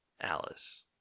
Alice